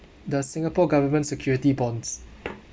the singapore government security bonds